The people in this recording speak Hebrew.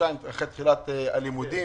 חודשיים אחרי תחילת הלימודים